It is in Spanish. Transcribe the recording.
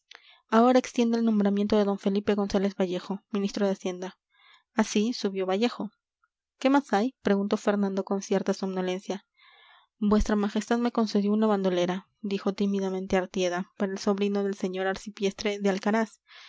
ahora extiende el nombramiento de don felipe gonzález vallejo ministro de hacienda así subió vallejo qué más hay preguntó fernando con cierta somnolencia vuestra majestad me concedió una bandolera dijo tímidamente artieda para el sobrino del señor arcipreste de alcaraz